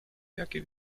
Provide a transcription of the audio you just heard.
jakie